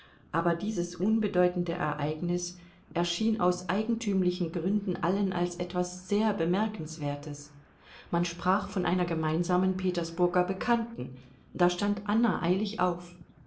aber dieses unbedeutende ereignis erschien aus eigentümlichen gründen allen als etwas sehr bemerkenswertes man sprach von einer gemeinsamen petersburger bekannten da stand anna eilig auf